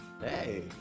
Hey